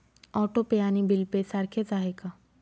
Auto pay आणि bill pay सारखेच आहे का?